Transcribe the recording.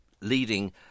leading